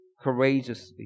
courageously